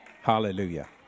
Hallelujah